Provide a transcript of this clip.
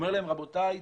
הוא אומר להם: רבותיי,